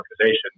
organization